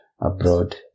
abroad